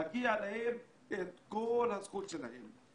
מגיעה להם כל הזכות שלהם.